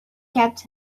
kept